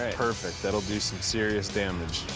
ah perfect. that'll do some serious damage.